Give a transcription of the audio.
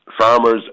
Farmers